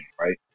right